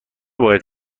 باید